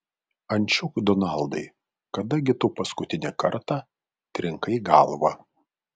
ančiuk donaldai kada gi tu paskutinį kartą trinkai galvą